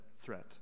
Threat